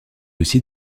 aussi